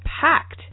packed